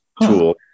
tool